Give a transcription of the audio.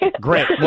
Great